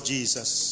Jesus